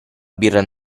birra